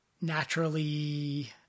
naturally